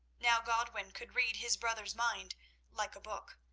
now godwin could read his brother's mind like a book,